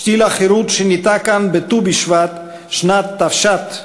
שתיל החירות שניטע כאן בט"ו בשבט שנת תש"ט,